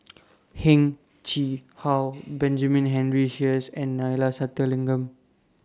Heng Chee How Benjamin Henry Sheares and Neila Sathyalingam